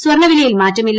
സ്വർണ്ണവിലയിൽ മാറ്റമില്ല